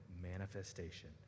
manifestation